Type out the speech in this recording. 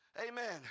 Amen